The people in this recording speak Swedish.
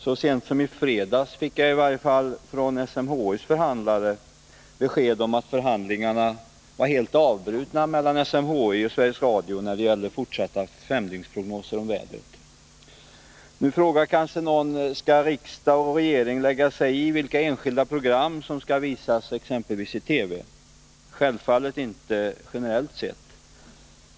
Så sent som i fredags fick jag i varje fall från SMHI:s förhandlare besked om att förhandlingarna mellan SMHI och Sveriges Radio var helt avbrutna när det gällde fortsatta femdygnsprognoser om vädret. Nu frågar kanske någon: Skall riksdag och regering lägga sig i vilka enskilda program som skall visas exempelvis i TV? Självfallet inte, generellt sett.